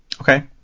Okay